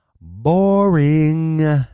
Boring